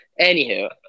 Anywho